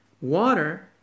Water